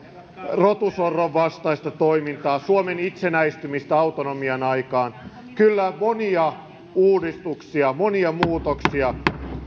rotusorron vastaista toimintaa suomen itsenäistymistä autonomian aikaan kyllä monia uudistuksia monia muutoksia